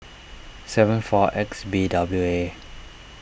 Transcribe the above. seven four X B W A